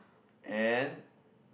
and